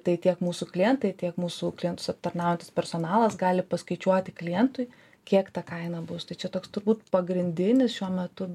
tai tiek mūsų klientai tiek mūsų klientus aptarnaujantis personalas gali paskaičiuoti klientui kiek ta kaina bus tai čia toks turbūt pagrindinis šiuo metu